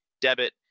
debit